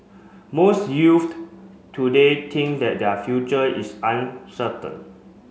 most youth today think that their future is uncertain